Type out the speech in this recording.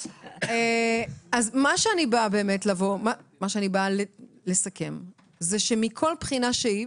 מה שאני באה לסכם זה שמכל בחינה שהיא,